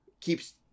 keeps